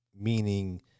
meaning